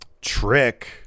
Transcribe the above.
Trick